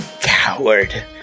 Coward